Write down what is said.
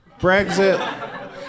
Brexit